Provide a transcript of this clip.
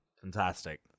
Fantastic